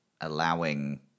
allowing